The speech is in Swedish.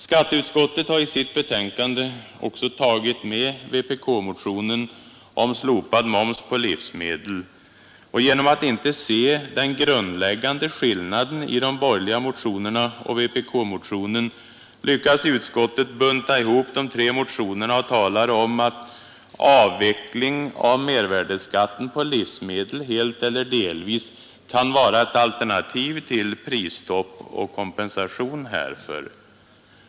Skatteutskottet har i sitt betänkande också tagit med vpk-motionen om slopad moms på livsmedel. Genom att inte se den grundläggande skillnaden mellan de borgerliga motionerna och vpk-motionen lyckas utskottet bunta ihop de tre motionerna och talar om att ”avveckling av mervärdeskatten på livsmedel helt eller delvis ——— kan vara ett alternativ till prisstopp och kompensation härför”.